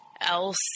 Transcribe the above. else